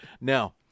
Now